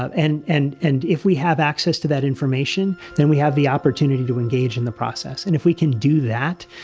and and and if we have access to that information, then we have the opportunity to engage in the process. and if we can do that,